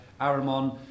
Aramon